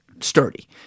sturdy